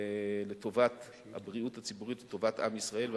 לטובת הבריאות הציבורית ולטובת עם ישראל.